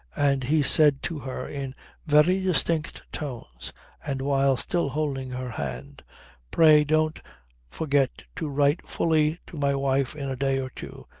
and he said to her in very distinct tones and while still holding her hand pray don't forget to write fully to my wife in a day or two,